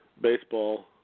baseball